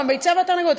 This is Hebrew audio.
הביצה והתרנגולת,